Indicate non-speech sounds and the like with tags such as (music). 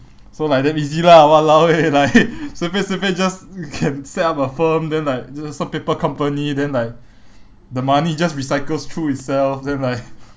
so like damn easy lah !walao! eh like (laughs) 随便随便 just can set up a firm then like don't know some paper company then like the money just recycles through itself then like